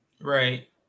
Right